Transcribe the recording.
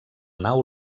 nau